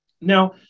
Now